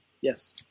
Yes